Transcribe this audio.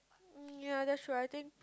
ya that's true I think